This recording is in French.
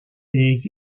est